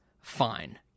fine